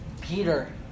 Peter